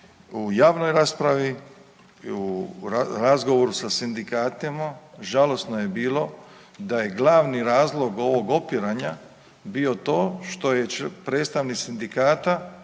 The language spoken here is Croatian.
U javnoj raspravi, u razgovoru sa sindikatima žalosno je bilo da je glavni razlog ovog opiranja bio to što je predstavnik sindikata